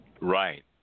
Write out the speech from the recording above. Right